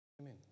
Amen